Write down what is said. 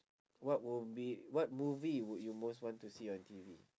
what would be what movie would you most want to see on T_V